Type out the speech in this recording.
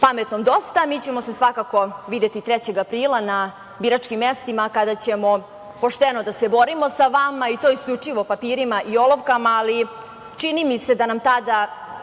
Pametnom dosta. A mi ćemo se svakako videti 3. aprila na biračkim mestima, kada ćemo pošteno da se borimo sa vama i to isključivo papirima i olovkama. Čini mi se da nam tada